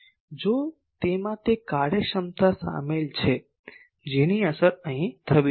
જો તેમાં તે કાર્યક્ષમતા શામેલ છે જેની અસર અહીં થવી જોઈએ